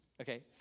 Okay